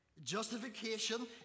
Justification